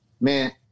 man